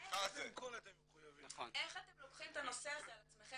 איך אתם לוקחים את הנושא הזה על עצמכם.